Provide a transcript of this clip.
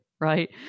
Right